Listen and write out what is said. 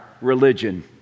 religion